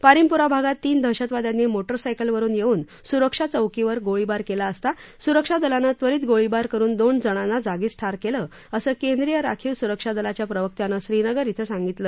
पारिमपोरा भागात तीन दहशतवाद्यांनी मोटरसायकलवरुन येऊन सुरक्षा चौकीवर गोळीबार केला असता सुरक्षा दलानं त्वरीत गोळीबार करुन दोन जणांना जागीच ठार केलं असं केंद्रीय राखीव सुरक्षा दलाच्या प्रवक्त्यानं श्रीनगर इथं सांगितलं